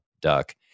duck